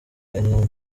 intambara